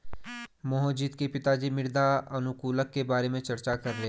मोहजीत के पिताजी मृदा अनुकूलक के बारे में चर्चा कर रहे थे